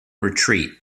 retreat